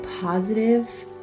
positive